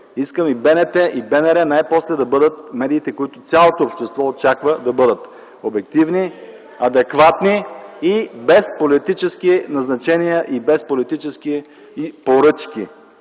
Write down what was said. Искам и БНТ, и БНР най-после да бъдат медиите, които цялото общество очаква да бъдат – обективни, адекватни и без политически назначения и политически поръчки.